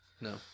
No